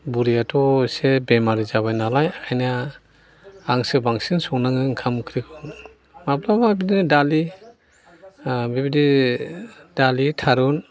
बुरियाथ' एसे बेमारि जाबाय नालाय एखायनो आंसो बांसिन संनाङो ओंखाम ओंख्रिखौ माब्लाबा बिदनो दालि बेबादि दालि थारुन